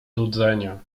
nudzenia